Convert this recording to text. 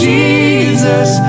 Jesus